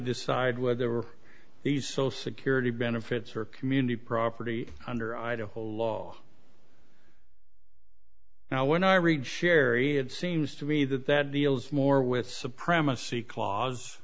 decide whether we're these social security benefits or community property under idaho law now when i read cherie it seems to me that that deals more with supremacy cla